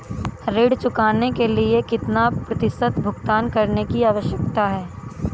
ऋण चुकाने के लिए कितना प्रतिशत भुगतान करने की आवश्यकता है?